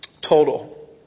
total